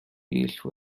useful